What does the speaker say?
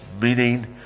meaning